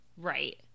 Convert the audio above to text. Right